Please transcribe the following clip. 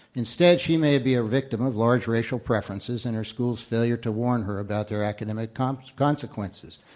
instead she may be a victim of large racial preferences and her school's failure to warn her about their academic um consequences.